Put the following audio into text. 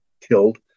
killed